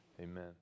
Amen